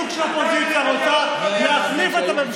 כשאופוזיציה רוצה להחליף את הממשלה.